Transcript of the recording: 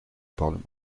parlement